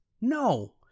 No